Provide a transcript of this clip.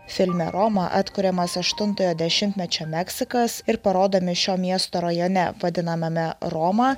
filme roma atkuriamas aštuntojo dešimtmečio meksikas ir parodomi šio miesto rajone vadinamame roma